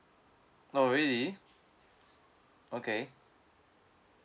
oh really okay